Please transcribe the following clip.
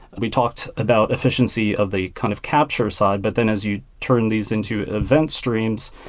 we talked about efficiency of the kind of capture side. but then as you turn these into event streams,